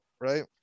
right